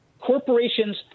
corporations